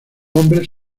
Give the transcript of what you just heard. hombres